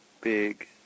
big